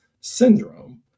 syndrome